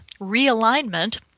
Realignment